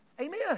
Amen